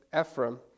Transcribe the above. Ephraim